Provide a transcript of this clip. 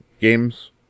games